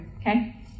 okay